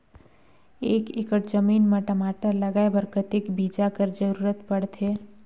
एक एकड़ जमीन म टमाटर लगाय बर कतेक बीजा कर जरूरत पड़थे?